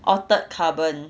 altered carbon